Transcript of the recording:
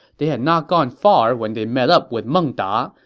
they had not gone far when they met up with meng da,